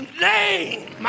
name